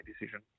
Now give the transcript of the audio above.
decision